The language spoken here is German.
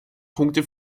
punkte